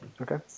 Okay